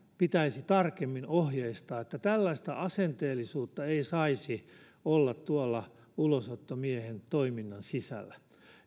pitäisi tarkemmin ohjeistaa että tällaista asenteellisuutta ei saisi olla tuolla ulosottomiehen toiminnan sisällä